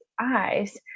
eyes